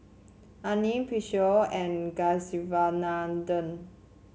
Anil Peyush and Kasiviswanathan